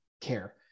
care